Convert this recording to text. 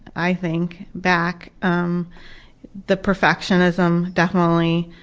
i think, back, um the perfectionism, definitely,